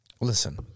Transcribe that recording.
Listen